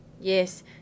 yes